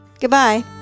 Goodbye